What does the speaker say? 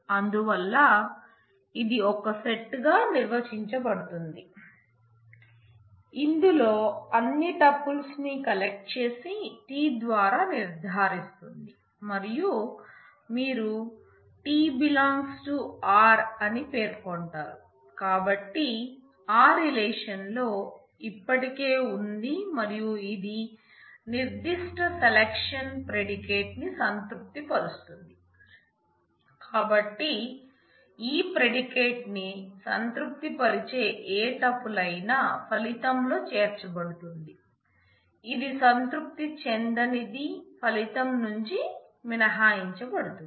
అందువల్ల మనం notation σp కలిగిన సెలక్ట్ని కలిగి ఉంటుంది